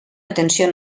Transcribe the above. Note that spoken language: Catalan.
atenció